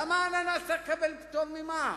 למה אננס צריך לקבל פטור ממע"מ?